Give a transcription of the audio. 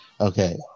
Okay